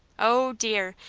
oh, dear,